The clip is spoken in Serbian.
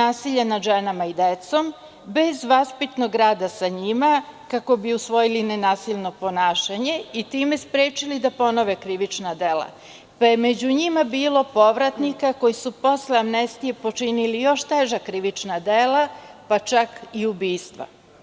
nasilja nad ženama i decom, bez vaspitnog rada sa njima, kako bi usvojili nenasilno ponašanje i time sprečili da ponove krivična dela, pa je među njima bilo povratnika koji su posle amnestije počinili još teža krivična dela, pa čak i ubistva.